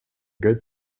good